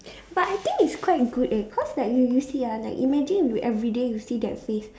but I think it's quite good eh cause like you you see ah like imagine you everyday you see that face